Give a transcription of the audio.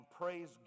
praise